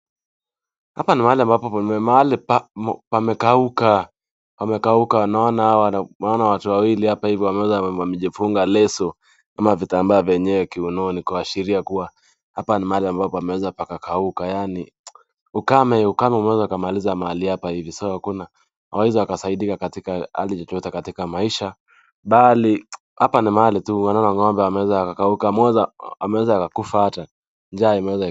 Hapa ni mahali ambapo pamekauka, pamekauka. Unaona, unaona watu wawili hapa hivi wameweza wamejifunga leso ama vitambaa vyenyewe kiunoni kuashiria kuwa, hapa ni mahali ambapo pameweza pakakauka, yaani ukame. Ukame umeweza ukamaliza mahali hapa hivi. So hakuna, hawawezi wakasaidika katika hali yoyote katika maisha, bali hapa ni mahali tu unaona ng'ombe wameza wakakauka, mmoja ameweza akakufa hata. Njaa imeweza.